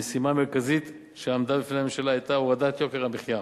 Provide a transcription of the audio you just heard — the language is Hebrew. המשימה המרכזית שעמדה בפני הממשלה היתה הורדת יוקר המחיה.